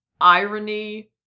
irony